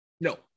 No